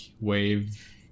wave